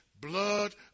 blood